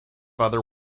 other